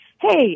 hey